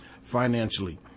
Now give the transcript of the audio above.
financially